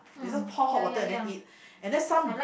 they just pour hot water and then eat and then some